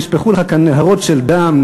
נשפכו לך כאן נהרות של דם,